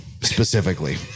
specifically